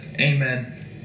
Amen